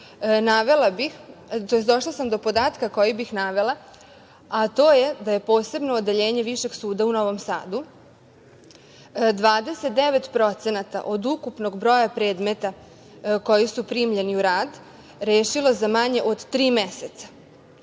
došla sam do podatka koji bih navela, a to je da je posebno odeljenje Višeg suda u Novom Sadu 29% od ukupnog broja predmeta koji su primljeni u rad rešilo za manje od tri meseca,